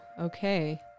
okay